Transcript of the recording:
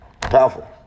Powerful